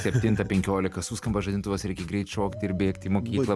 septintą penkiolika suskamba žadintuvas reikia greit šokti ir bėgti į mokyklą